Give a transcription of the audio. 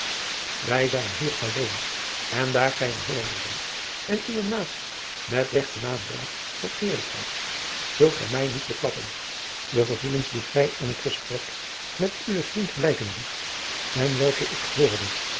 wij zijn hier alleen en daar gij een hollander zijt en uwe natie met regt den naam draagt van eerlijkheid zult gij mij niet beklappen de gevoelens die gij in het gesprek met uwen vriend blijken liet en welke ik hoorde